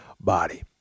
body